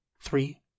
three